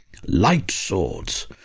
lightswords